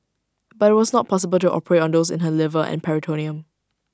but IT was not possible to operate on those in her liver and peritoneum